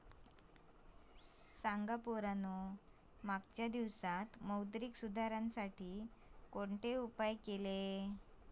पोरांनो सांगा मागच्या दिवसांत मौद्रिक सुधारांसाठी कोणते उपाय केल्यानी?